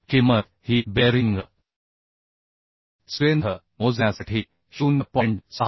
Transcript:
किंमत ही bearing strength मोजण्यासाठी 0